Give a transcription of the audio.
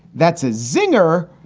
that's a zinger.